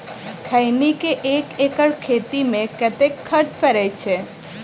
खैनी केँ एक एकड़ खेती मे कतेक खर्च परै छैय?